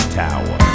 tower